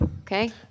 Okay